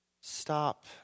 stop